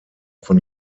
von